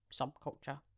subculture